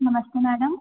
नमस्ते मैडम